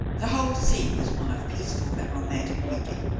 the whole scene was one of peaceful and romantic beauty.